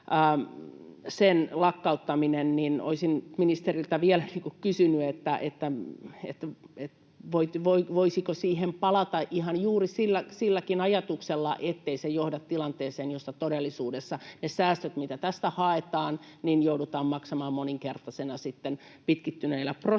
lakkauttamiseen, niin olisin ministeriltä vielä kysynyt, voisiko siihen palata ihan juuri silläkin ajatuksella, ettei se johda tilanteeseen, josta todellisuudessa ne säästöt, mitä tästä haetaan, joudutaan maksamaan moninkertaisina pitkittyneinä prosesseina